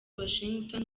washington